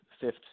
fifth